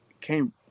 came